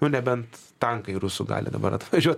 nu nebent tankai rusų gali dabar atvažiuot